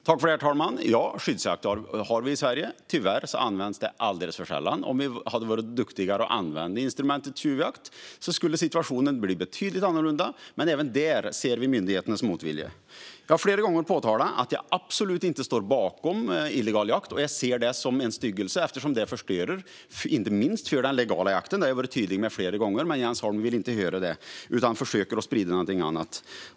Herr talman! Ja, vi har skyddsjakt i Sverige. Tyvärr används det alldeles för sällan. Om vi hade varit duktigare på att använda instrumentet skyddsjakt skulle situationen bli betydligt mer annorlunda. Men även där ser vi myndigheternas motvilja. Jag har flera gånger påpekat att jag absolut inte står bakom illegal jakt, utan ser den som en styggelse eftersom den förstör för inte minst den legala jakten. Detta har jag varit tydlig med flera gånger, men Jens Holm vill inte höra det utan försöker sprida något annat.